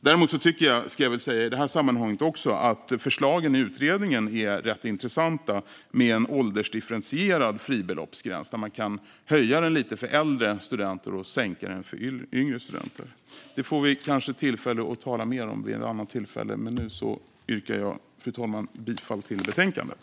Däremot tycker jag, ska jag säga i det här sammanhanget också, att förslagen i utredningen om en åldersdifferentierad fribeloppsgräns, där man kan höja den lite för äldre studenter och sänka den för yngre, är rätt intressanta. Det får vi kanske tillfälle att tala mer om en annan gång. Fru talman! Jag yrkar bifall till utskottets förslag i betänkandet.